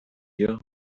here